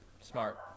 Smart